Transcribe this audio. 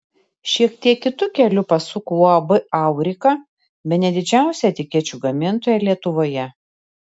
šiek tiek kitu keliu pasuko uab aurika bene didžiausia etikečių gamintoja lietuvoje